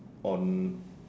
on